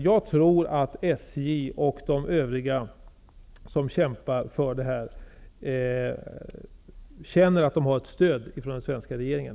Jag tror att SJ och övriga som kämpar för att behålla interrailkorten känner att de har ett stöd från den svenska regeringen.